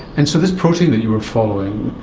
and so this protein that you were following,